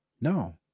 No